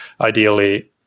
ideally